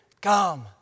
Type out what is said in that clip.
come